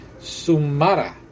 sumara